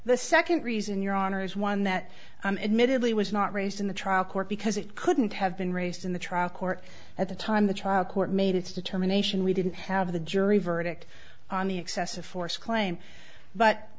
the second reason your honor is one that i'm admittedly was not raised in the trial court because it couldn't have been raised in the trial court at the time the child court made its determination we didn't have the jury verdict on the excessive force claim but